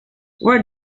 where